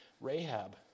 Rahab